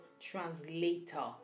translator